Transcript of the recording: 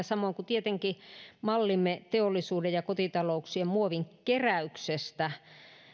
samoin kuin tietenkin mallimme teollisuuden ja kotitalouksien muovinkeräyksestä